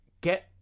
get